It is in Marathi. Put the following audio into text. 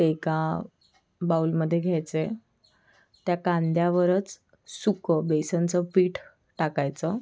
ते एका बाउलमध्ये घ्यायचे त्या कांद्यावरच सुकं बेसनचं पीठ टाकायचं